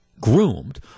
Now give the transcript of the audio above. groomed